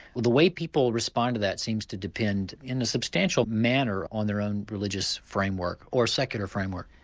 the way people respond to that seems to depend in a substantial manner on their own religious framework or secular framework.